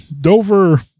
Dover